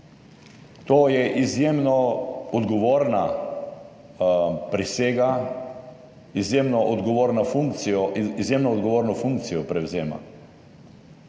To je izjemno odgovorna prisega, izjemno odgovorno funkcijo prevzema.